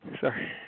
sorry